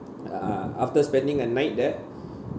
uh uh after spending a night there